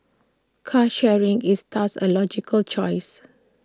car sharing is thus A logical choice